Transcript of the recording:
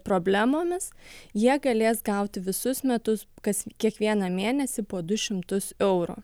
problemomis jie galės gauti visus metus kas kiekvieną mėnesį po du šimtus eurų